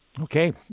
Okay